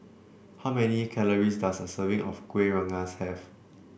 how many calories does a serving of Kueh Rengas have